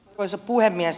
arvoisa puhemies